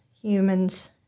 humans